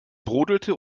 brodelte